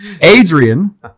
Adrian